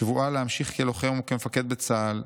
שבועה להמשיך כלוחם וכמפקד בצה"ל,